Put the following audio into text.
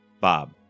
Bob